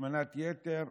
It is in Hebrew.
השמנת יתר,